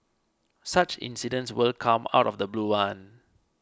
such incidents will come out of the blue one